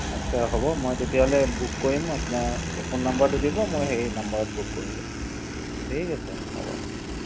আচ্ছা হ'ব মই তেতিয়া হ'লে বুক কৰিম আপোনাৰ এই ফোন নম্বৰটো দিব মই সেই নাম্বাৰত বুক কৰি দিম ঠিক আছে হ'ব